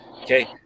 okay